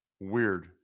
Weird